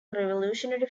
revolutionary